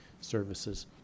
Services